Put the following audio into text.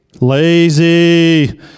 Lazy